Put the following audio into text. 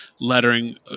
lettering